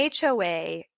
HOA